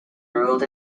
ruled